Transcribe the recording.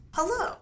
Hello